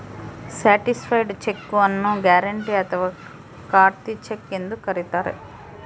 certified cheque ನ್ನು guarantee ಅಥಾವ ಖಾತ್ರಿ ಚೆಕ್ ಎಂದು ಕರಿತಾರೆ